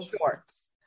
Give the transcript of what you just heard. shorts